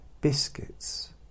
biscuits